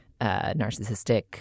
narcissistic